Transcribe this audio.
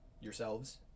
yourselves